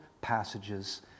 passages